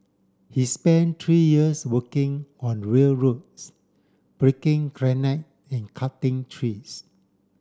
he spent three years working on railroads breaking granite and cutting trees